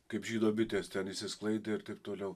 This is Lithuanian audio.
kaip žydo bitės ten išsisklaidė ir taip toliau